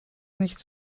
nichts